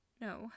No